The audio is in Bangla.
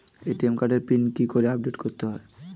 এ.টি.এম কার্ডের পিন কি করে আপডেট করতে হয়?